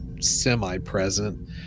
semi-present